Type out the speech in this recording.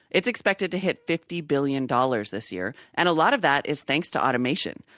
it's expected to hit fifty billion dollars this year, and a lot of that is thanks to automation.